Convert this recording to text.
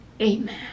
amen